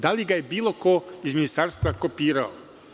Da li ga je bilo ko iz Ministarstva kopirao?